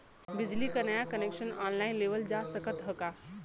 बिजली क नया कनेक्शन ऑनलाइन लेवल जा सकत ह का?